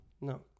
No